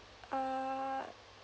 uh